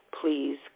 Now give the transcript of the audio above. Please